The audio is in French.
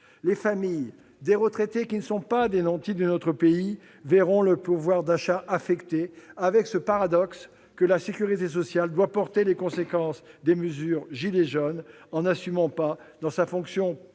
Les familles et des retraités qui ne sont pas des nantis de notre pays verront leur pouvoir d'achat affecté, avec ce paradoxe que la sécurité sociale doit porter les conséquences des mesures « gilets jaunes », en n'assurant pas dans sa fonction fondamentale,